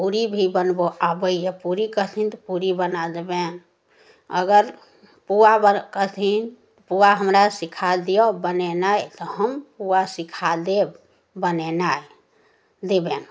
पूड़ी भी बनबऽ आबैए पूड़ी कहथिन तऽ पूड़ी बना देबनि अगर पूआ कहथिन पूआ हमरा सिखा दिअऽ बनेनाइ तऽ हम पूआ सिखा देब बनेनाइ देबनि